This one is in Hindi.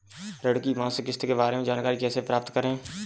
ऋण की मासिक किस्त के बारे में जानकारी कैसे प्राप्त करें?